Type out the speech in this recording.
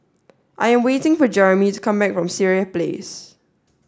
I am waiting for Jeromy to come back from Sireh Place